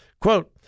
Quote